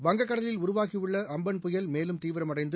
வங்கக்கடலில் உருவாகியுள்ள அம்பன் புயல் மேலும் தீவிரமடைந்து